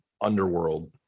underworld